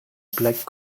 plaque